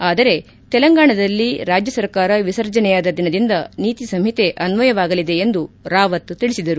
ಆದರೆ ತೆಲಂಗಾಣದಲ್ಲಿ ರಾಜ್ಯ ಸರ್ಕಾರ ವಿಸರ್ಜನೆಯಾದ ದಿನದಿಂದ ನೀತಿ ಸಂಹಿತೆ ಅನ್ನಯವಾಗಲಿದೆ ಎಂದು ರಾವತ್ ತಿಳಿಸಿದರು